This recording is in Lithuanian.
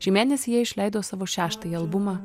šį mėnesį jie išleido savo šeštąjį albumą